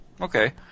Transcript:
Okay